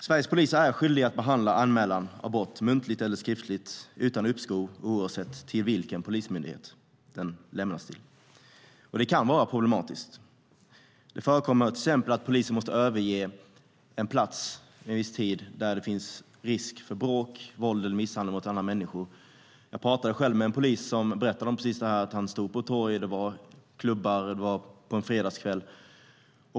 Sveriges poliser är skyldiga att behandla en anmälan om brott, muntlig eller skriftlig, utan uppskov och oavsett till vilken polismyndighet den lämnats. Det kan vara problematiskt. Det förekommer till exempel att polisen vid en viss tid måste överge en plats där det finns risk för bråk, misshandel eller våld mot andra människor. Jag pratade med en polis som berättade om precis det här. Han stod på ett torg där det fanns klubbar. Det var en fredagskväll.